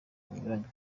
binyuranye